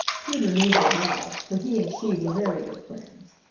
peter knew her well, for he and she were very good friends.